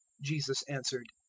jesus answered,